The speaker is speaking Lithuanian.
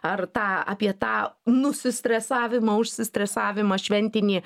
ar tą apie tą nusistresavimą užsitresavimą šventinį